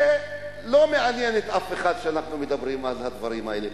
זה לא מעניין את אף אחד שאנחנו מדברים על הדברים האלה.